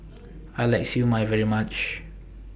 I like Siew Mai very much